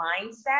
mindset